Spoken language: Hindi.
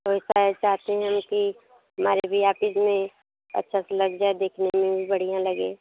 वही तरा चाहते हैं हम कि हमारे भी आफिस में अच्छा सा लग जाए देखने में भी बढ़िया लगे